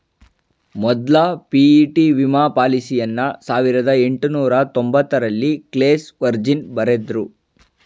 ಮೊದ್ಲ ಪಿ.ಇ.ಟಿ ವಿಮಾ ಪಾಲಿಸಿಯನ್ನ ಸಾವಿರದ ಎಂಟುನೂರ ತೊಂಬತ್ತರಲ್ಲಿ ಕ್ಲೇಸ್ ವರ್ಜಿನ್ ಬರೆದ್ರು